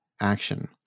action